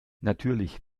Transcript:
natürlich